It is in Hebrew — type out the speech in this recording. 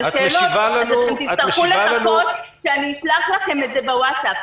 השאלות אתם תצטרכו לחכות שאני אשלח לכם את זה לוואטסאפ.